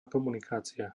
komunikácia